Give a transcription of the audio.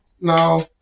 now